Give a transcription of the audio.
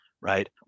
right